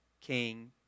King